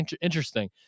interesting